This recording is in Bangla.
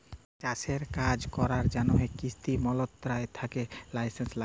চাষের কাজ ক্যরার জ্যনহে কিসি মলত্রলালয় থ্যাকে লাইসেলস ল্যাগে